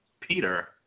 Peter